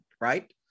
right